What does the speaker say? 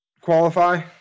qualify